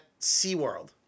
SeaWorld